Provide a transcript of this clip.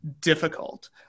difficult